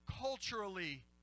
culturally